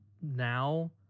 now